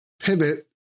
pivot